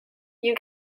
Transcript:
you